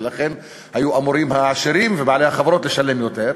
ולכן היו אמורים העשירים ובעלי החברות לשלם יותר.